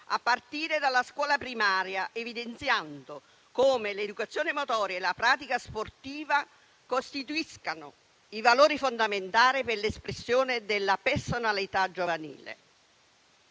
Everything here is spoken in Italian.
a partire dalla scuola primaria, evidenziando come l'educazione motoria e la pratica sportiva costituiscano i valori fondamentali per l'espressione della personalità giovanile.